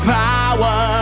power